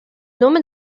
nome